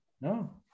no